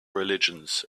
religions